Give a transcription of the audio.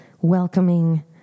welcoming